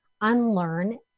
unlearn